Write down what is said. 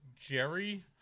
Jerry